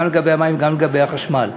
גם לגבי המים וגם לגבי החשמל.